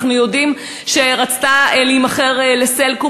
אנחנו יודעים שהיא רצתה להימכר ל"סלקום".